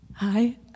Hi